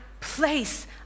place